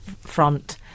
front